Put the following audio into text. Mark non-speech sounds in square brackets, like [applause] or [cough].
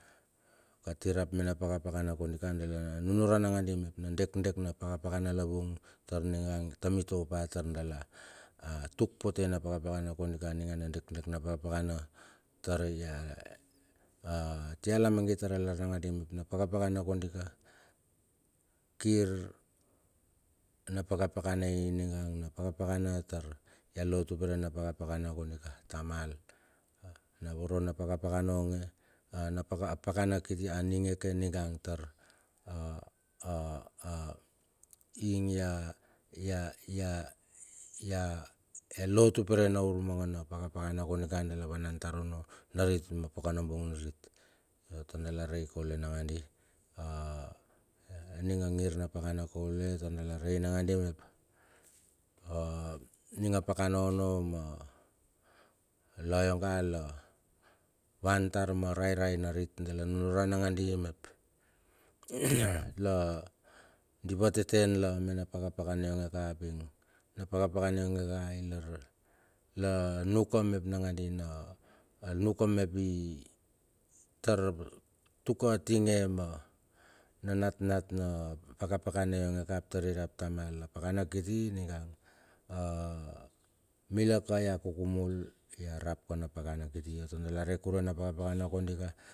Kati rap mena pakana kodiaka dala nunuran nangadi mep na dekdek na pakapakana la vung tar ningang tami topa tar dala tuk pote na pakapakana kondika ninga na dekdek na pakapakana tar. [unintelligible] atia lamangit tara lar nangadi map na pakapakana kondika, kir na pakapakana ing ninga na pakapakana tar ya lo tupare na pakapakana kondika, tamal na voro na pakapakana onge apakana kiti aninge ke ninga tar [hesitation] ing ya [hesitation] lo tupare urmangana pakapakana kodika dala vanan tar onno narit ma dakanabang irit. Tar dala rei koule nangandi a ninga angir na dakana kaule tar dala rei nangandi urep a ning a pakana onno ma la onge la van tar ma rairai narit dala nunuran nagandi mep [noise] la, di vateten la me na pakapakana ping na pakapakana ongeka ilar la nuka mep nangandi na anuk mep e tar tuka tinge ma na natnat na pakapakana yonge ka tar irap tamal, a pakana kiti ninga [hesitation] mila ya kukumul ya rap kan a pakana kiti. Yo tar dala re kurue na pakapakana kondika.